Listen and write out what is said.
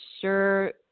sure